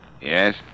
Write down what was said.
Yes